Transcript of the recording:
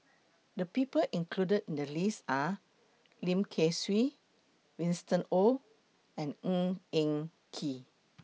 The People included in The list Are Lim Kay Siu Winston Oh and Ng Eng Kee